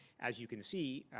as you can see,